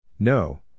No